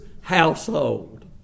household